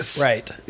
Right